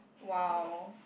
!wow!